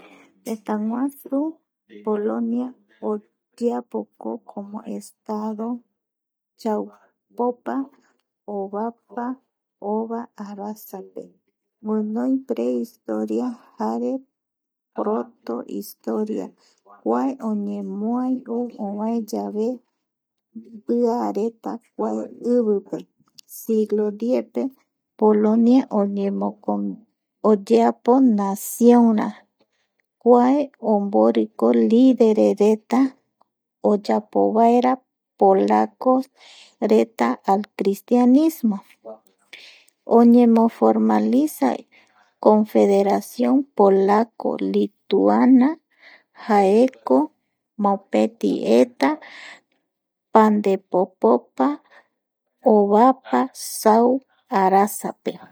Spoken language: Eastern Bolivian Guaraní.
Tétäguasu Polonia oyeapoko como Estado chaupopa ovapa ova arasa ndie guinoi prehistoria jare po¿rotohistoria kua oñemoa oa yave mbia reta kua ivipe siglo diezpe Polonia oyeapo Naciónra, kua omboriko líderereta oyapovaera polacos reta anticritianismo oñemoformaliza confederación polaco lituana jaeko mopeti eta pandepopopa ovapa sau arasape